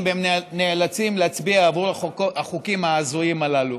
והם נאלצים להצביע בעבור החוקים ההזויים הללו.